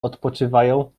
odpoczywają